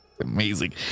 Amazing